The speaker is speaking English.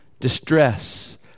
distress